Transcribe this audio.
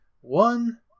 One